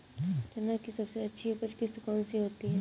चना की सबसे अच्छी उपज किश्त कौन सी होती है?